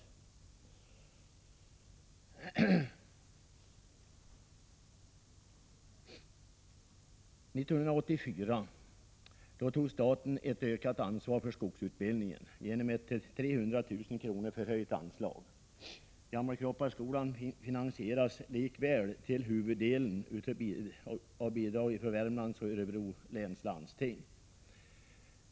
1984 tog staten ett ökat ansvar för skogsutbildningen genom ett till 300 000 kr. förhöjt anslag. Gammelkroppaskolan finansieras likväl till huvuddelen av bidrag från Värmlands och Örebro läns landsting.